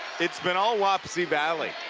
it's been all wapsie valley.